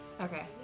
Okay